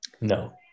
No